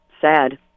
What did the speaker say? sad